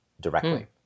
directly